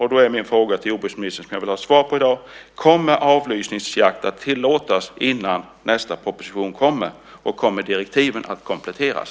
Då är mina frågor till jordbruksministern som jag vill ha svar på i dag: Kommer avlysningsjakt att tillåtas innan nästa proposition kommer? Kommer direktiven att kompletteras?